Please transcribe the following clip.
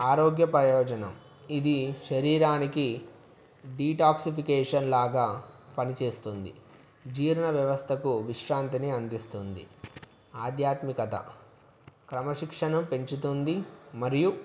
ఆరోగ్య పయోజనం ఇది శరీరానికి డీటాక్సిఫికేషన్ లాగా పనిచేస్తుంది జీర్ణ వ్యవస్థకు విశ్రాంతిని అందిస్తుంది ఆధ్యాత్మికత క్రమశిక్షను పెంచుతుంది మరియు